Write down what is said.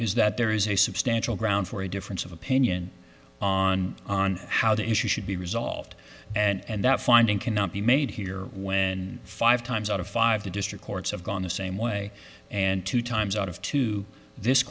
is that there is a substantial ground for a difference of opinion on on how the issue should be resolved and that finding cannot be made here when five times out of five the district courts have gone the same way and two times out of two this